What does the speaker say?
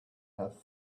have